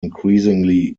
increasingly